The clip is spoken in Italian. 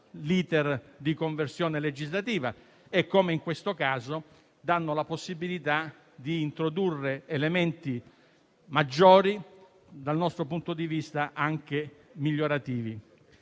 all'*iter* di conversione legislativa e, come in questo caso, danno la possibilità di introdurre ulteriori elementi, dal nostro punto di vista anche migliorativi.